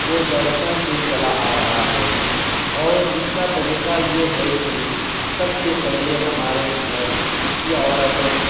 وہ برسوں سے چلا آ رہا ہے اور اس کا طریقہ یہ ہے کہ سب سے پہلے ہمارے گھر کی عورتیں